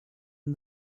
and